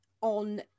on